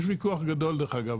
יש ויכוח גדול דרך אגב,